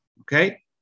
Okay